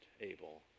able